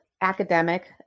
academic